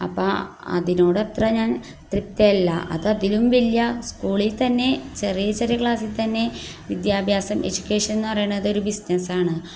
അപ്പം അതിനോടത്ര ഞാൻ തൃപ്തയല്ല അത് അതിലും വല്യ സ്കൂളിൽ തന്നെ ചെറിയ ചെറിയ ക്ലാസ്സിൽ തന്നെ വിദ്യാഭ്യാസം എജൂക്കേഷൻ എന്ന് പറയണതൊരു ബിസിനസ്സാണ്